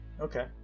Okay